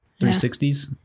360s